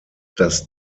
dass